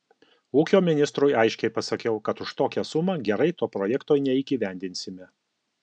ūkio ministrui aiškiai pasakiau kad už tokią sumą gerai to projekto neįgyvendinsime